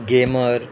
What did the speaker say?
gamer